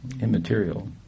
Immaterial